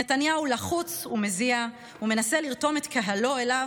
נתניהו לחוץ ומזיע ומנסה לרתום את קהלו אליו